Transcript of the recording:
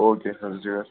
okay sir